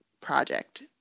project